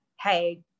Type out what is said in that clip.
Hey